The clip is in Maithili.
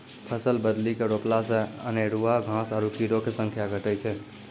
फसल बदली के रोपला से अनेरूआ घास आरु कीड़ो के संख्या घटै छै